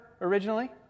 originally